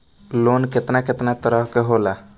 Loan केतना केतना तरह के होला?